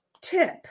tip